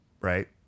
right